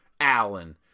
Allen